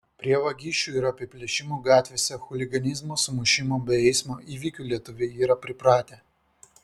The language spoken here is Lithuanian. prie vagysčių ir apiplėšimų gatvėse chuliganizmo sumušimų bei eismo įvykių lietuviai yra pripratę